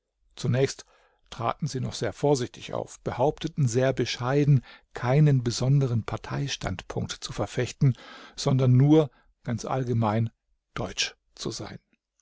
zunächst traten sie noch sehr vorsichtig auf behaupteten sehr bescheiden keinen besondern parteistandpunkt zu verfechten sondern nur ganz allgemein deutsch zu sein